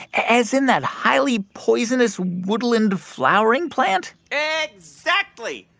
as in that highly poisonous, woodland flowering plant? and exactly.